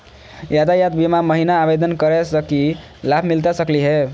यातायात बीमा महिना आवेदन करै स की लाभ मिलता सकली हे?